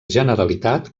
generalitat